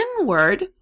inward